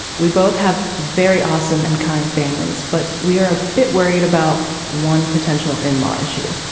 we both have very awesome and kind families, but we are a bit worried about one potential in-law issue.